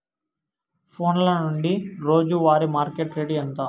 ఫోన్ల నుండి రోజు వారి మార్కెట్ రేటు ఎంత?